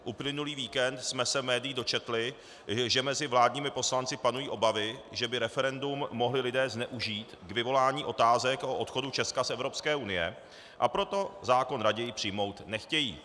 Uplynulý víkend jsme se z médií dočetli, že mezi vládními poslanci panují obavy, že by referendum mohli lidé zneužít k vyvolání otázek o odchodu Česka z Evropské unie, a proto zákon raději přijmout nechtějí.